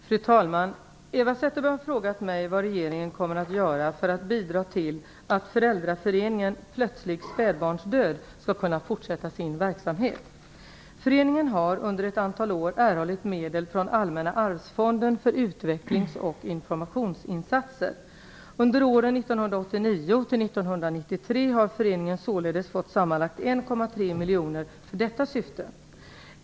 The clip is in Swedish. Fru talman! Eva Zetterberg har frågat mig vad regeringen kommer att göra för att bidra till att Föreningen har under ett antal år erhållit medel från Allmänna arvsfonden för utvecklings och informationsinsatser. Under åren 1989-1993 har föreningen således fått sammanlagt 1,3 miljoner för detta syfte.